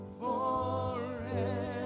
forever